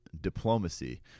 diplomacy